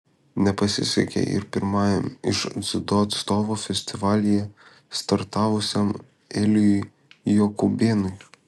nepasisekė ir pirmajam iš dziudo atstovų festivalyje startavusiam elijui jokubėnui